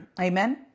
amen